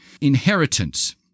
inheritance